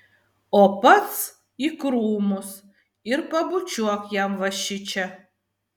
o pats į krūmus ir pabučiuok jam va šičia